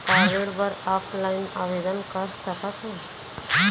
का ऋण बर ऑफलाइन आवेदन कर सकथन?